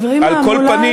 על כל פנים,